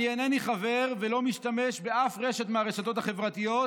אני אינני חבר ולא משתמש באף רשת מהרשתות החברתיות,